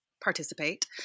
participate